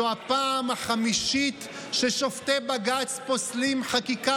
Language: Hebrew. זו הפעם החמישית ששופטי בג"ץ פוסלים חקיקה